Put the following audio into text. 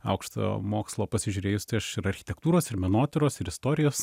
aukštojo mokslo pasižiūrėjus tai aš ir architektūros ir menotyros ir istorijos